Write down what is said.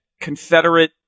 Confederate